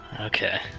Okay